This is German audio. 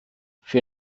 für